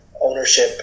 ownership